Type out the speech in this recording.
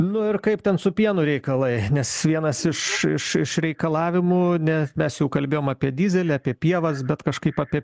nu ir kaip ten su pienu reikalai nes vienas iš iš iš reikalavimų ne mes jau kalbėjom apie dyzelį apie pievas bet kažkaip apie